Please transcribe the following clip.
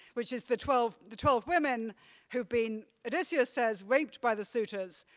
which is the twelve the twelve women who've been, odysseus says, raped by the suitors.